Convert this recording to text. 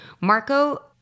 Marco